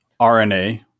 RNA